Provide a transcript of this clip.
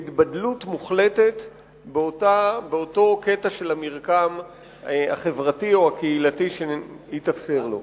ולהתבדלות מוחלטת באותו קטע של המרקם החברתי או הקהילתי שיתאפשר לו.